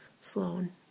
Sloan